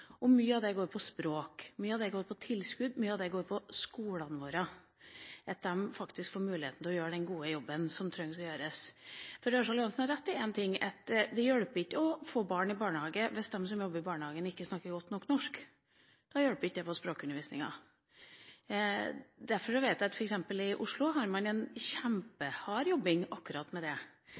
har. Mye av det går på språk, mye av det går på tilskudd, mye av det går på skolene våre – at de faktisk får mulighet til å gjøre den gode jobben som man trenger å gjøre. For Ørsal Johansen har rett i én ting: Det hjelper ikke å få barn i barnehagen hvis de som jobber i barnehagen, ikke snakker godt nok norsk. Det hjelper ikke på språkundervisningen. I f.eks. Oslo jobber man kjempehardt akkurat med det.